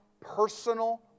personal